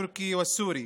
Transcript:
הטורקי והסורי.